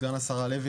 סגן השרה הלוי,